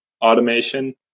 automation